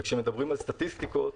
וכשמדברים על סטטיסטיקות,